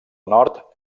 nord